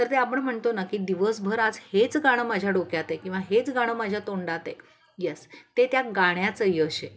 तर ते आपण म्हणतो ना की दिवसभर आज हेच गाणं माझ्या डोक्यात आहे किंवा हेच गाणं माझ्या तोंडात आहे यस ते त्या गाण्याचं यश आहे